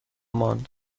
ماند